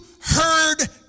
heard